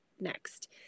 next